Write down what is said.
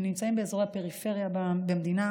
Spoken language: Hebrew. הם נמצאים באזור הפריפריה במדינה,